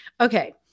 Okay